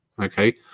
Okay